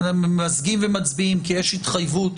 ממזגים ומצביעים, כי יש התחייבות,